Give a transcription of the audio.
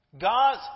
God's